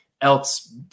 else